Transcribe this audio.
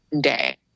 day